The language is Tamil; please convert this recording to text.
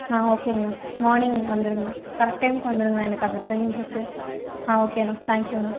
ஆ ஓகேங்கணா மார்னிங் வந்துருங்கணா கரெக்ட் டைமுக்கு வந்துடுங்க எனக்கு அங்கே ட்ரெயின்ருக்குது ஆ ஓகேண்ணா தேங்க்யூண்ணா